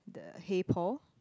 the hey Paul